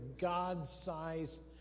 God-sized